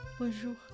Bonjour